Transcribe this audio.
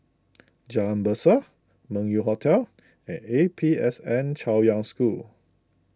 Jalan Berseh Meng Yew Hotel and A P S N Chaoyang School